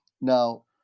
now